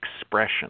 expression